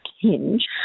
Hinge